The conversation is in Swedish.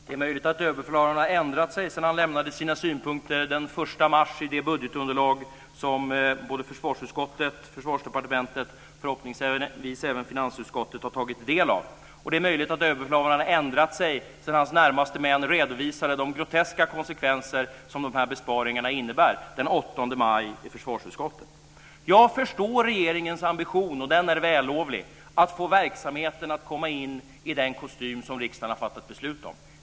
Fru talman! Det är möjligt att Överbefälhavaren har ändrat sig sedan han lämnade sina synpunkter den Försvarsdepartementet och förhoppningsvis även finansutskottet har tagit del av. Och det är möjligt att Överbefälhavaren har ändrat sig sedan hans närmaste män redovisade de groteska konsekvenser som de här besparingarna innebär den 8 maj i försvarsutskottet. Jag förstår regeringens ambition - den är vällovlig - att få verksamheten att komma in i den kostym som riksdagen har fattat beslut om.